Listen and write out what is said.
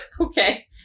Okay